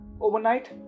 Overnight